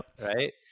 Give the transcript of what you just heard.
Right